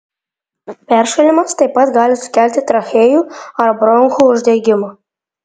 peršalimas taip pat gali sukelti trachėjų ar bronchų uždegimą